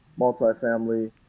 multifamily